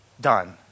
Done